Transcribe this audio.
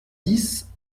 dix